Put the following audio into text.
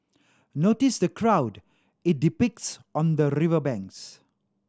notice the crowd it depicts on the river banks